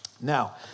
Now